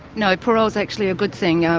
no, parole's actually a good thing,